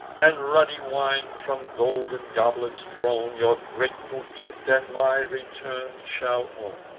and ruddy wine, from golden goblets thrown, your grateful gift and my return shall own.